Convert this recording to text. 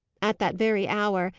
at that very hour,